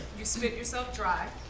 you spit yourself dry.